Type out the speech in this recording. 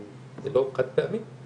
זה לא חד פעמי,